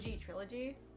Trilogy